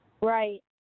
Right